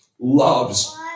loves